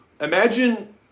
imagine